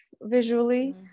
visually